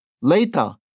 Later